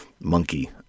monkey